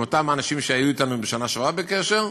עם אותם אנשים שהיו אתנו בשנה שעברה בקשר,